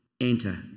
enter